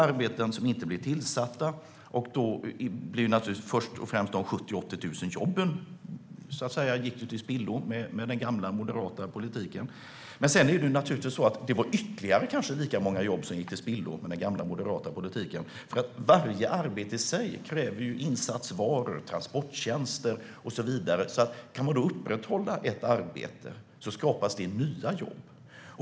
Arbeten blev inte tillsatta, och de 70 000-80 000 jobben gick till spillo med den gamla moderata politiken. Men ytterligare jobb gick till spillo med den gamla moderata politiken därför att varje jobb i sig kräver insatsvaror, transporttjänster och så vidare. Om det går att upprätthålla ett arbete skapas nya jobb.